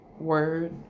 word